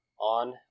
On